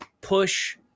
push